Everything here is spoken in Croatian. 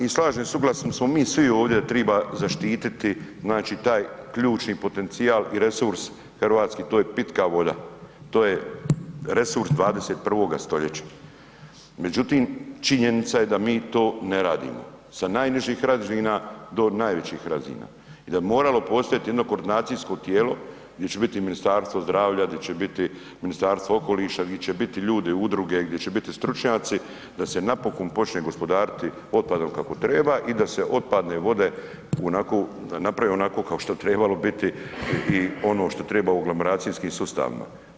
I slažem se suglasni smo mi svi ovdje da triba zaštiti znači taj ključni potencijal i resurs hrvatski to je pitka voda, to je resurs 21. stoljeća, međutim činjenica je da mi to ne radimo sa najnižih razina do najvećih razina i da bi moralo postojati jedno koordinacijsko tijelo gdje će biti Ministarstvo zdravlja, gdje će biti Ministarstvo okoliša, gdje će biti ljudi udruge, gdje će biti stručnjaci da se napokon počne gospodariti otpadom kako treba i da se otpadne vode naprave onako kao što bi trebalo biti i ono što treba u aglomeracijskim sustavima.